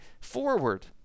forward